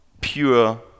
pure